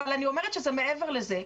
אבל זה מעבר לזה.